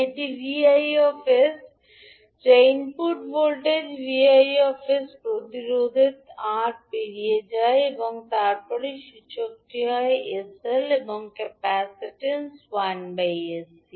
এটি 𝑉𝑖 𝑠 যা input voltage 𝑉𝑖 𝑠 প্রতিরোধের আর পেরিয়ে যায় এবং তারপরে সূচকটি হয়ে 𝑠𝐿 এবং ক্যাপাসিট্যান্স 1sc হবে